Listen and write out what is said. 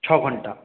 ছঘণ্টা